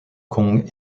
kong